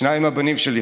שניים מהבנים שלי,